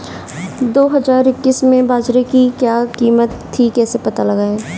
दो हज़ार इक्कीस में बाजरे की क्या कीमत थी कैसे पता लगाएँ?